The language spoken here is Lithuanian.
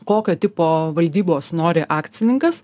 kokio tipo valdybos nori akcininkas